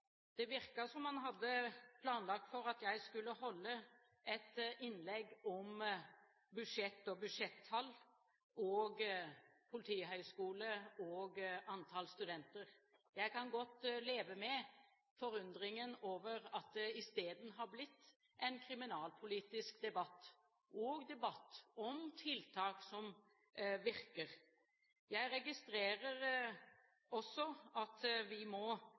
Det virket som han hadde planlagt for at jeg skulle holde et innlegg om budsjett og budsjettall og Politihøgskolen og antall studenter. Jeg kan godt leve med forundringen over at det isteden har blitt en kriminalpolitisk debatt og en debatt om tiltak som virker. Jeg registrerer også at vi må